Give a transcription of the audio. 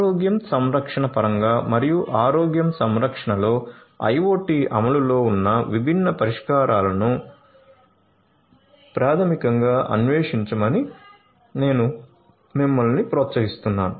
ఆరోగ్యం సంరక్షణ పరంగా మరియు ఆరోగ్యం సంరక్షణలో IOT అమలు లో ఉన్న విభిన్న పరిష్కారాలను ప్రాథమికంగా అన్వేషించమని నేను మిమ్మల్ని ప్రోత్సహిస్తాను